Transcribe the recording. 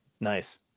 Nice